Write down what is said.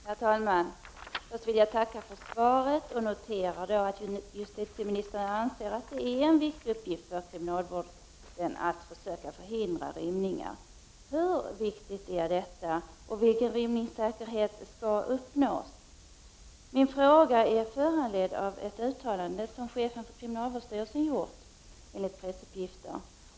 Herr talman! Jag vill först tacka för svaret. Jag noterar att justitieministern anser det vara en viktig uppgift för kriminalvården att försöka förhindra rymningar. Hur viktigt är detta, och vilken rymningssäkerhet skall uppnås? Min fråga är föranledd av det uttalande som chefen för kriminalvårdsstyrelsen har gjort enligt pressuppgifter.